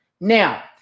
Now